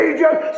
Egypt